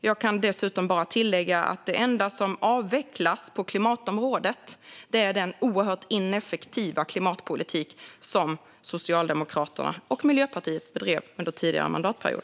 Jag kan dessutom tillägga att det enda som avvecklas på klimatområdet är den oerhört ineffektiva klimatpolitik som Socialdemokraterna och Miljöpartiet bedrev under tidigare mandatperiod.